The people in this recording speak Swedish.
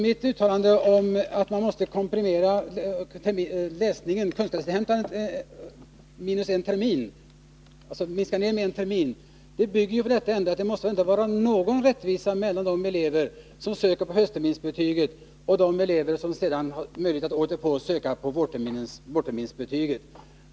Mitt uttalande att man måste minska ner tiden för kunskapsinhämtandet med en termin bygger på att det ändå måste vara ett rättvist förhållande mellan de elever som söker på höstterminsbetyget och de elever som har möjlighet att året därpå söka på vårterminsbetyget.